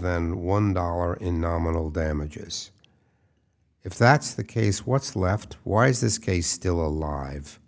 than one dollar in nominal damages if that's the case what's left why is this case still alive